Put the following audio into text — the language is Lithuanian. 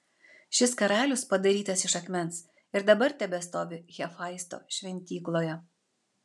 šis karalius padarytas iš akmens ir dabar tebestovi hefaisto šventykloje